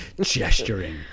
Gesturing